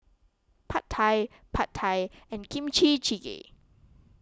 Pad Thai Pad Thai and Kimchi Jjigae